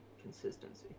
Consistency